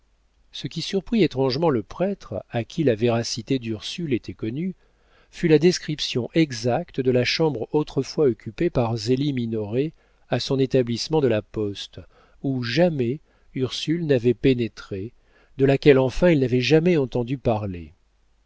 ce qui surprit étrangement le prêtre à qui la véracité d'ursule était connue fut la description exacte de la chambre autrefois occupée par zélie minoret à son établissement de la poste où jamais ursule n'avait pénétré de laquelle enfin elle n'avait jamais entendu parler